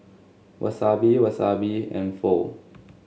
Wasabi Wasabi and Pho